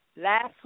last